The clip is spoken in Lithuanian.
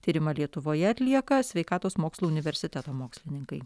tyrimą lietuvoje atlieka sveikatos mokslų universiteto mokslininkai